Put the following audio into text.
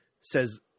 says